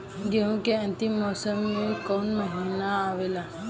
गेहूँ के अंतिम मौसम में कऊन महिना आवेला?